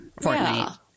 Fortnite